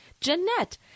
Jeanette